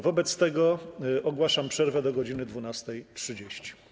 Wobec tego ogłaszam przerwę do godz. 12.30.